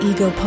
Ego